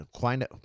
find